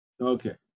Okay